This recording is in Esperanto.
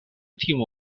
timu